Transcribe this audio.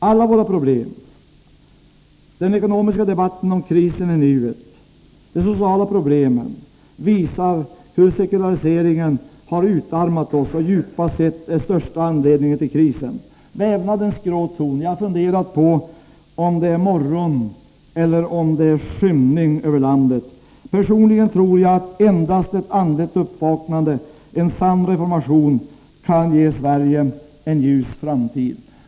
Alla våra problem, den ekonimiska debatten om krisen i nuet, de sociala problemen visar hur sekulariseringen har utarmat oss och djupast sett är den största anledningen till krisen. Jag har funderat på om vävnadens grå ton betyder morgon eller skymning över landet. Personligen tror jag att endast ett andligt uppvaknande, en sann reformation, kan ge Sverige en ljus framtid.